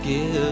Give